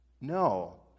No